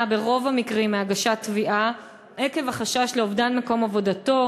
ברוב המקרים מהגשת תביעה עקב החשש לאובדן מקום עבודתו,